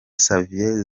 xavier